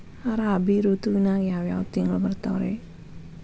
ರಾಬಿ ಋತುವಿನಾಗ ಯಾವ್ ಯಾವ್ ತಿಂಗಳು ಬರ್ತಾವ್ ರೇ?